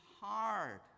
hard